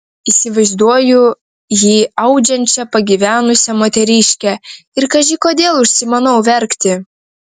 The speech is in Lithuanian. įsivaizduoju jį audžiančią pagyvenusią moteriškę ir kaži kodėl užsimanau verkti